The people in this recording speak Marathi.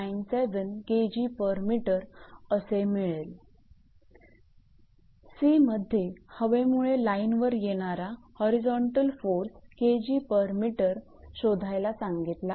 c मध्ये हवेमुळे लाईनवर येणारा होरिझोंतल फोर्स 𝐾𝑔𝑚 शोधायला सांगितला आहे